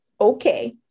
Okay